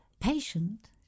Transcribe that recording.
patient